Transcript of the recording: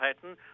pattern